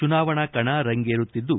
ಚುನಾವಣಾ ಕಣ ರಂಗೇರಿತಿದ್ದು